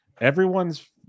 everyone's